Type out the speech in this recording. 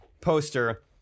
poster